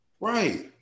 Right